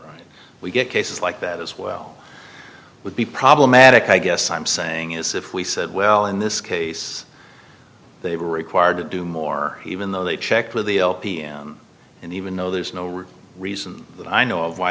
we get cases like that as well would be problematic i guess i'm saying is if we said well in this case they were required to do more even though they checked with the l p m and even though there's no real reason i know of why